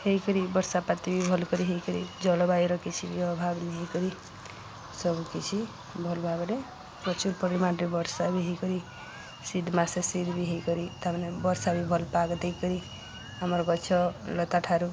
ହେଇକରି ବର୍ଷାପାତି ବି ଭଲ୍ କରି ହେଇକରି ଜଳବାୟୁର କିଛି ବି ଅଭାବ ନି ହେଇକରି ସବୁ କିଛି ଭଲ ଭାବରେ ପ୍ରଚୁର ପରିମାଣରେ ବର୍ଷା ବି ହେଇକରି ଶୀତ ମାସେ ବି ତାମାନେ ବର୍ଷା ବି ଭଲ ପାଗ ଦେଇକରି ଆମର ଗଛ ଲତା ଠାରୁ